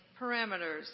parameters